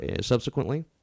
subsequently